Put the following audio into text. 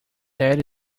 that